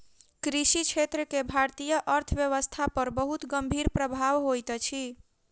कृषि क्षेत्र के भारतीय अर्थव्यवस्था पर बहुत गंभीर प्रभाव होइत अछि